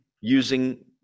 using